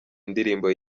indirimbo